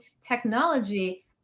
technology